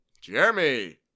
Jeremy